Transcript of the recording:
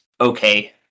okay